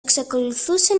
εξακολουθούσε